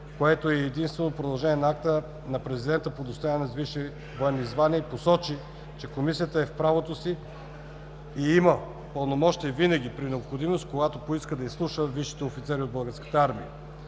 която е в единство и продължение на акта на президента по удостояване с висши военни звания и посочи, че Комисията е в правото си и има пълномощия винаги и при необходимост, когато поиска, да изслушва висшите офицери от Българската армия.